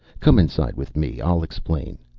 come inside with me. i'll explain.